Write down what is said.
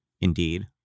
Indeed